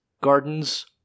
gardens